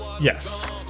Yes